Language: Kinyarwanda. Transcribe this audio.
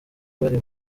bari